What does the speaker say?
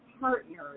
partners